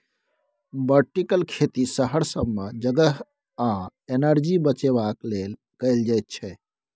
vertical खेती शहर सब मे जगह आ एनर्जी बचेबाक लेल कएल जाइत छै